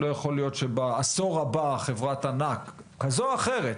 לא יכול להיות שבעשור הבא חברת ענק כזו או אחרת,